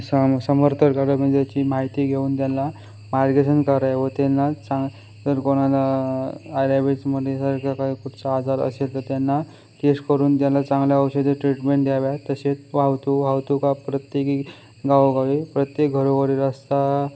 स समर्थ माहिती घेऊन त्यांना मार्गदर्शन करावे व त्यांना चां जर कोणाला काही कुठचा आजार असेल तर त्यांना केस करून त्याला चांगले औषधे ट्रीटमेंट द्याव्यात तसेच वाहतूक वाहतूक आ प्रत्येकी गावोगावी प्रत्येक घरोघरी रस्ता